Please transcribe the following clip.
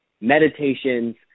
meditations